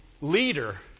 leader